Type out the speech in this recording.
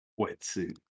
Wetsuit